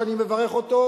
שאני מברך אותו,